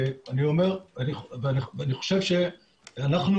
אני חושב שאנחנו,